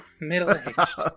middle-aged